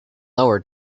lower